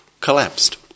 collapsed